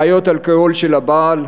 בעיות אלכוהול של הבעל,